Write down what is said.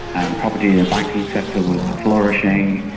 and the property ah banking sector was flourishing.